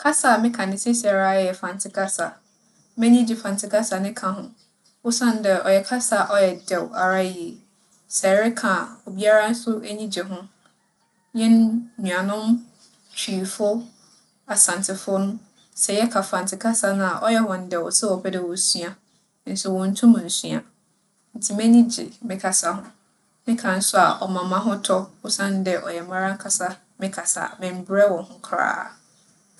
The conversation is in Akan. Kasa a meka no seseiara yɛ Mfantse kasa. M'enyi gye Mfantse kasa ne ka ho osiandɛ ͻyɛ kasa a ͻyɛ dɛw ara yie. Sɛ ereka a, obiara so enyi gye ho. Hɛn nuanom Twifo, Asantsefo no, sɛ yɛka Mfantse kasa no a ͻyɛ hͻn dɛw sɛ wͻpɛ dɛ wosua nso wonntum nnsua. Ntsi m'enyi gye me kasa ho. Meka so a ͻma me ahotͻ osiandɛ ͻyɛ marankasa me kasa. Memmberɛ wͻ ho koraa.